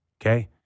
Okay